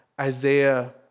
Isaiah